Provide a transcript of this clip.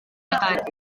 akahe